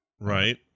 Right